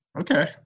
Okay